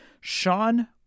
Sean